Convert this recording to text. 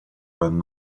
when